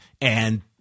And-